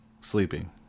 sleeping